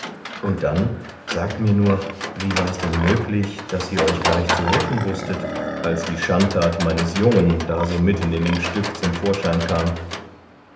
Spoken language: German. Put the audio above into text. und dann sagt mir nur wie war's denn möglich daß ihr euch gleich zu helfen wußtet als die schandtat meines jungen da so mitten in dem stück zum vorschein kam